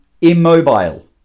immobile